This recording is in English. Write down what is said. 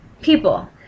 people